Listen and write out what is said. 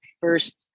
first